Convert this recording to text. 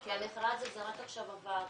כי המכרז הזה רק עכשיו עבר,